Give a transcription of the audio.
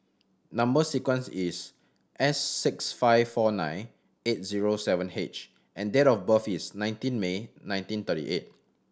number sequence is S six five four nine eight zero seven H and date of birth is nineteen May nineteen thirty eight